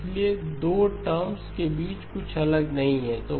इसलिए 2 टर्म्स के बीच कुछ अलग नहीं है